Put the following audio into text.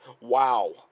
wow